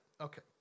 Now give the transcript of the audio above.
Okay